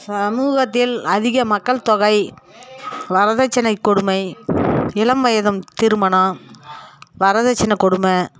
சமூகத்தில் அதிக மக்கள் தொகை வரதட்சணை கொடுமை இளம் வயது திருமணம் வரதட்சணை கொடுமை